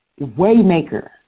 Waymaker